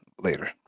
later